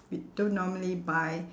we don't normally buy